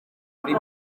kuri